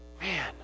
Man